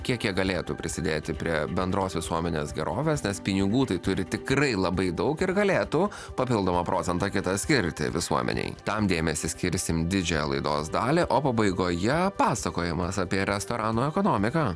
kiek jie galėtų prisidėti prie bendros visuomenės gerovės nes pinigų tai turi tikrai labai daug ir galėtų papildomą procentą kitą skirti visuomenei tam dėmesį skirsim didžiąją laidos dalį o pabaigoje pasakojimas apie restoranų ekonomiką